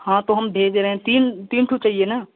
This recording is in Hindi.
हाँ तो हम भेज रहे हैं तीन तीन तो चाहिए ना